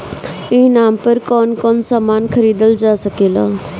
ई नाम पर कौन कौन समान खरीदल जा सकेला?